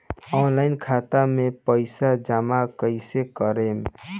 Online खाता मे पईसा जमा कइसे करेम?